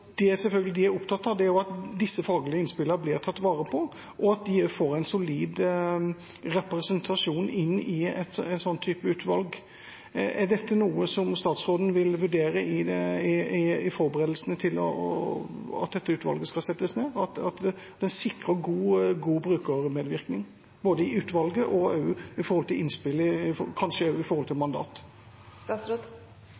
de selvfølgelig er opptatt av, er at disse faglige innspillene blir tatt vare på, og at de også får en solid representasjon i en sånn type utvalg. Er dette noe som statsråden vil vurdere i forberedelsene til at dette utvalget skal settes ned, at en sikrer god brukermedvirkning både i utvalget og også når det gjelder innspill, og kanskje også med tanke på mandat? Ja, det kan jeg svare helt klart ja på. I